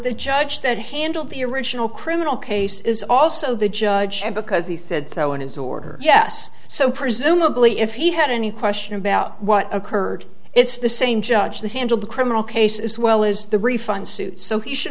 the judge that handled the original criminal case is also the judge because he fit though in his or her yes so presumably if he had any question about what occurred it's the same judge that handled the criminal case as well as the refund suit so he should